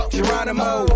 Geronimo